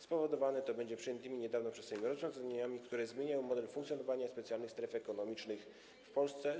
Spowodowane to będzie przyjętymi niedawno przez Sejm rozwiązaniami, które zmieniają model funkcjonowania specjalnych stref ekonomicznych w Polsce.